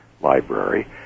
Library